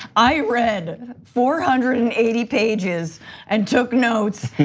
i read four hundred and eighty pages and took notes.